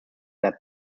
debt